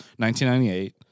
1998